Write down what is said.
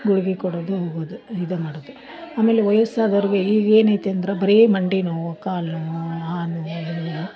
ಗುಳಿಗೆ ಕೊಡೋದು ಹೋಗೋದು ಇದಾ ಮಾಡೋದು ಆಮೇಲೆ ವಯಸ್ಸಾದವರಿಗೆ ಈಗೇನು ಐತೆಂದ್ರೆ ಬರೇ ಮಂಡಿ ನೋವು ಕಾಲ್ನೋವು ಆ ನೋವು ಈ ನೋವು